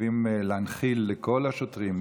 חייבים להנחיל זאת לכל השוטרים,